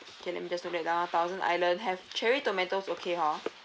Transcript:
okay let me just note that down thousand island have cherry tomatoes okay hor